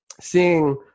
seeing